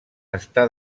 està